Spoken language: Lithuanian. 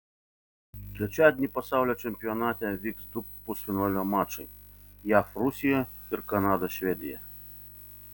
trečiadienį pasaulio čempionate vyks du pusfinalio mačai jav rusija ir kanada švedija